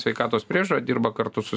sveikatos priežiūra dirba kartu su